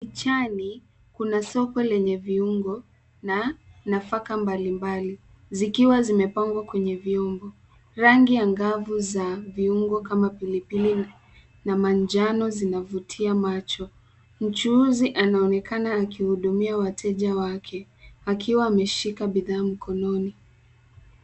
Kichani kuna soko lenye viungo na nafaka mbali mbali zikiwa zimepangwa kwenye viungo. Rangi ya ngavu za viungo kama pilipili na manjano zinavutia macho. Mchuuzi anaonekana akihudumia wateja wake akiwa ameshika bidhaa mkononi.